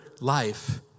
life